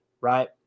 right